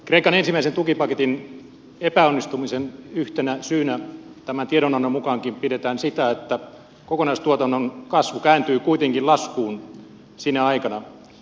kreikan ensimmäisen tukipaketin epäonnistumisen yhtenä syynä tämän tiedonannon mukaankin pidetään sitä että kokonaistuotannon kasvu kääntyy kuitenkin laskuun sinä aikana